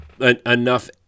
enough